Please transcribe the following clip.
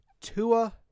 Tua